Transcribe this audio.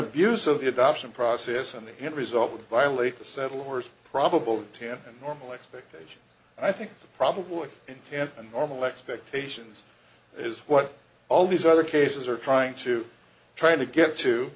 abuse of the adoption process and the end result would violate the settlers probable ten and normal expectation i think probably in ten and normal expectations is what all these other cases are trying to trying to get to